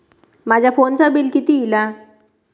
माझ्या फोनचा बिल किती इला?